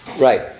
Right